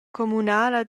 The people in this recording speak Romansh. communala